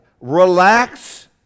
relax